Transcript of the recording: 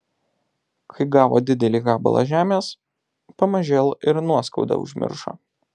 kai gavo didelį gabalą žemės pamažėl ir nuoskaudą užmiršo